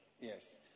Yes